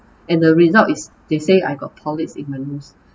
and the result is they say I got polyps in my nose